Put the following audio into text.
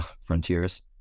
Frontiers